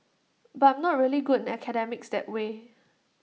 but I'm not really good in academics that way